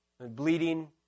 bleeding